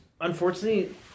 unfortunately